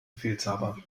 befehlshaber